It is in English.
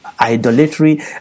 idolatry